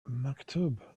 maktub